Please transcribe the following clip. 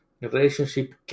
relationship